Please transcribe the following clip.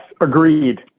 Agreed